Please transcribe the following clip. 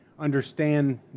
understand